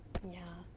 but ya